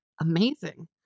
amazing